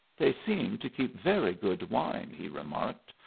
they seem to keep very good wine, he remarked,